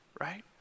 right